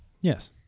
Yes